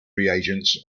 reagents